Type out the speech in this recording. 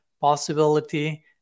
Possibility